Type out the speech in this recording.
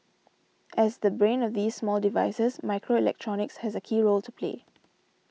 as the brain of these small devices microelectronics has a key role to play